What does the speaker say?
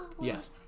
Yes